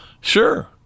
Sure